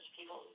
people